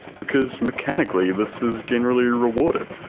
because mechanically this is generally rewarded,